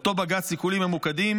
אותו בג"ץ סיכולים ממוקדים,